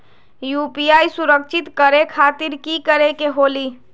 UPI सुरक्षित करे खातिर कि करे के होलि?